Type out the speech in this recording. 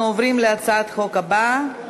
אנחנו עוברים להצעת החוק הבאה: